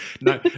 no